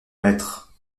maîtres